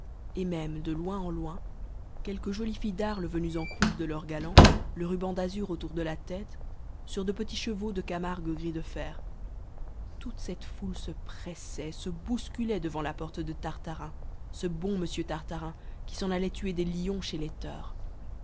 et même de loin en loin quelques jolies filles d'arles venues en croupe de leur galant le ruban d'azur autour de la tête sur de petits chevaux de camargue gris de fer toute cette foule se pressait se bousculait devant la porte de tartarin ce bon m tartarin qui s'en allait tuer des lions chez